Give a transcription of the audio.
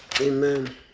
Amen